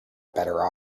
better